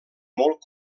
molt